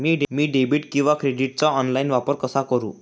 मी debit किंवा credit कार्डचा online वापर कसा करु?